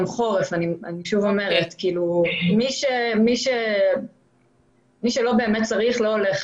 אני מזכירה שזה גם חורף ומי שלא באמת צריך לא ילך